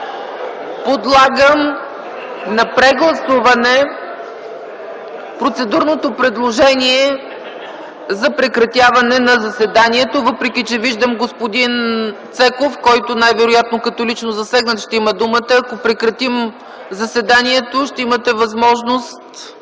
Подлагам на прегласуване процедурното предложение за прекратяване на заседанието, въпреки че виждам господин Цеков, който най-вероятно, като лично засегнат, ще поиска думата. Ако прекратим заседанието, ще имате възможност